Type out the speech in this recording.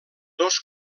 dos